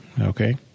okay